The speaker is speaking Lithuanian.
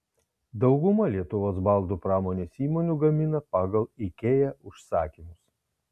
dauguma lietuvos baldų pramonės įmonių gamina pagal ikea užsakymus